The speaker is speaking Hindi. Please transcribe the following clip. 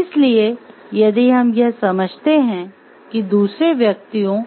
इसलिए यदि हम समझते हैं कि दूसरे व्यक्तियों